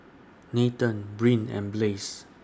Nathen Brynn and Blaze